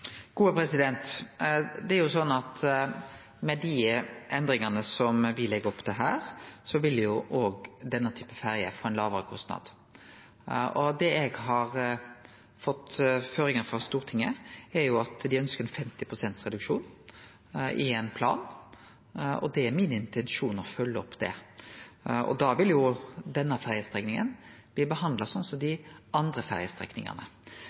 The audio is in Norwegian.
Det er sånn at med dei endringane me legg opp til her, vil òg denne typen ferjer få ein lågare kostnad. Det eg har fått føringar om frå Stortinget, er at dei ønskjer 50 pst. reduksjon i ein plan, og det er min intensjon å følgje opp det. Da vil denne ferjestrekninga bli behandla sånn som dei andre ferjestrekningane.